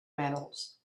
metals